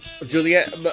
Juliet